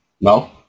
No